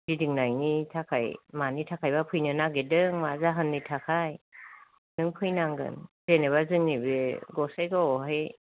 गिदिंनायनि थाखाय मानि थाखायबा फैनो नागिरदों मा जाहोननि थाखाय नों फैनांगोन जेनेबा जोंनि बे गसाइगावआवहाय